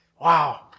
Wow